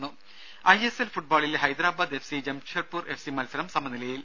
ദേദ I S L ഫുട്ബോളിൽ Hyderabad F C Jamshedpur F C മത്സരം സമനിലയിൽ